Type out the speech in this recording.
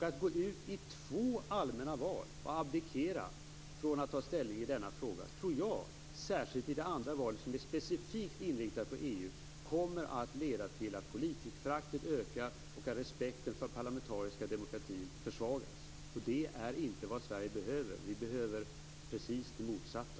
Att gå ut i två allmänna val och abdikera från att ta ställning i denna fråga tror jag - särskilt i det andra valet, som är specifikt inriktat på EU - kommer att leda till att politikerföraktet ökar och till att respekten för den parlamentariska demokratin försvagas. Det är inte vad vi i Sverige behöver. Vi behöver precis det motsatta.